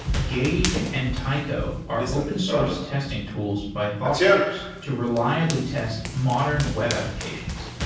gauge and taico are open source testing tools by thoughtworks to reliably test modern web applications.